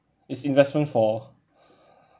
its investment for